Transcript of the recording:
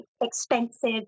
expensive